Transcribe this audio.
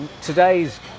Today's